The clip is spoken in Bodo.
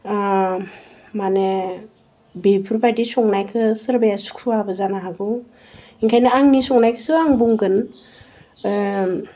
मानि बेफोर बायदि संनायखौ सोरबाया सुखुआबो जानो हागौ ओंखायनो आंनि संनायखौसो आं बुंगोन